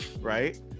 right